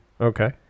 Okay